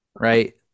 right